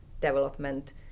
development